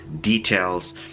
details